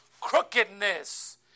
crookedness